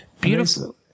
Beautiful